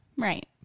Right